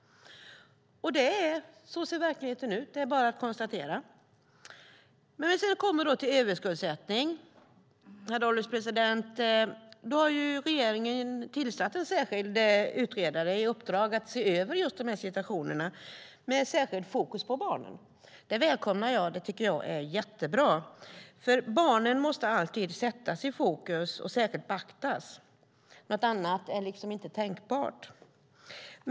Så ser verkligheten ut. Det är bara att konstatera. När det gäller överskuldsättning, herr ålderspresident, har regeringen tillsatt en särskild utredare med uppdrag att se över just de här situationerna med ett särskilt fokus på barnen. Det välkomnar jag. Jag tycker att det är jättebra, för barnen måste alltid sättas i fokus och beaktas särskilt. Något annat är inte tänkbart.